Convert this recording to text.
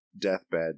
deathbed